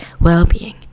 well-being